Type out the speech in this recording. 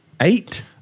Eight